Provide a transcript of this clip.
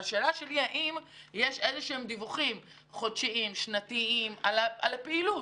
השאלה שלי: האם יש איזשהם דיווחים חודשיים או שנתיים על הפעילות?